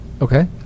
Okay